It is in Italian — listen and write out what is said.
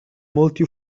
molti